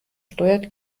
steuert